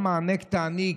גם הענק תעניק,